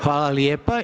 Hvala lijepa.